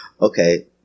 Okay